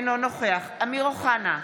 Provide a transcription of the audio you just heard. אינו נוכח אמיר אוחנה,